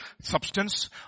substance